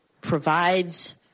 provides